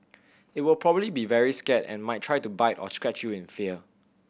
it will probably be very scared and might try to bite or scratch you in fear